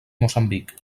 moçambic